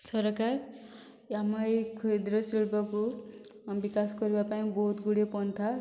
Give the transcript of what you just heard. ସରକାର ଆମ ଏହି କ୍ଷୁଦ୍ର ଶିଳ୍ପକୁ ବିକାଶ କରିବା ପାଇଁ ବହୁତ ଗୁଡ଼ିଏ ପନ୍ଥା